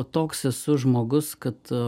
toks esu žmogus kad